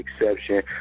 exception